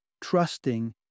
trusting